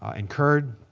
and kurd.